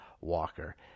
Walker